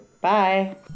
Bye